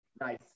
Nice